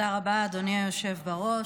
תודה רבה, אדוני היושב בראש.